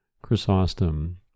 Chrysostom